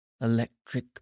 Electric